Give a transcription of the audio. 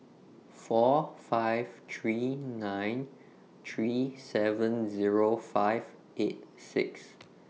four five three nine three seven Zero five eight six